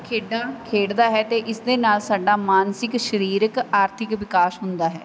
ਖੇਡਾਂ ਖੇਡਦਾ ਹੈ ਅਤੇ ਇਸ ਦੇ ਨਾਲ ਸਾਡਾ ਮਾਨਸਿਕ ਸਰੀਰਕ ਆਰਥਿਕ ਵਿਕਾਸ ਹੁੰਦਾ ਹੈ